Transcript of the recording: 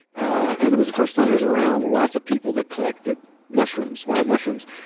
and it was the first time i was around lots of people that collected mushrooms, wild mushrooms,